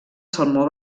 salmó